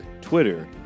Twitter